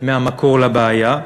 ממקור הבעיה.